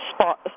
spot